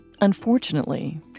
Unfortunately